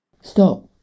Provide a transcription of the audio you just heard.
Stop